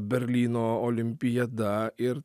berlyno olimpiada ir